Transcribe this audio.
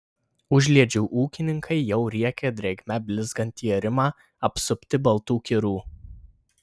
užliedžių ūkininkai jau riekia drėgme blizgantį arimą apsupti baltų kirų